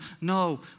No